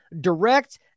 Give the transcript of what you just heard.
direct